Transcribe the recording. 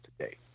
today